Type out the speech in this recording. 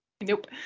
nope